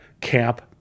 camp